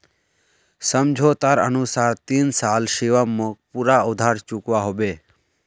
समझोतार अनुसार तीन साल शिवम मोक पूरा उधार चुकवा होबे